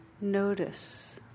notice